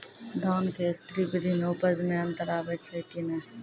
धान के स्री विधि मे उपज मे अन्तर आबै छै कि नैय?